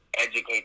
Educate